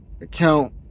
account